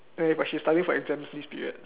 eh but she's studying for exams this period